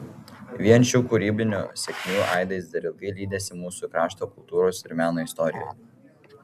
vien šių kūrybinių sėkmių aidais dar ilgai lydėsi mūsų krašto kultūros ir meno istoriją